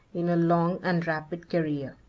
in a long and rapid career.